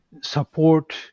support